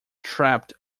trapped